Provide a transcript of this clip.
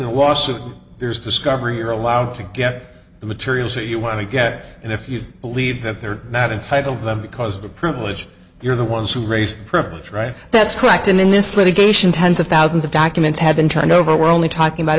the lawsuit there's discovery you're allowed to get the materials that you want to get and if you believe that they're not entitle them because of the privilege you're the ones who raised privilege right that's correct and in this litigation tens of thousands of documents have been turned over we're only talking